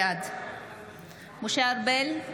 בעד משה ארבל,